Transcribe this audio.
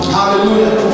Hallelujah